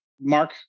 Mark